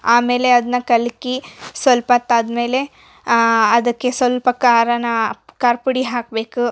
ಆಮೇಲೆ ಅದ್ನ ಕಲ್ಕಿ ಸಲ್ಪತ್ತೊ ಆದ್ಮೇಲೆ ಅದಕ್ಕೆ ಸ್ವಲ್ಪ ಖಾರನ ಖಾರದ ಪುಡಿ ಹಾಕಬೇಕು